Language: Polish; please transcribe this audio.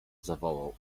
zawołał